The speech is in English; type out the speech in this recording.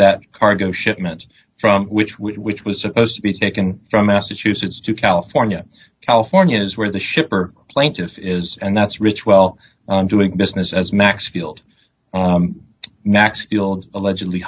that cargo shipment from which we was supposed to be taken from massachusetts to california california is where the shipper plaintiff is and that's rich well i'm doing business as maxfield next allegedly